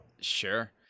Sure